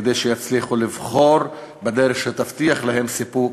כדי שיצליחו לבחור בדרך שתבטיח להם סיפוק,